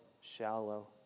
shallow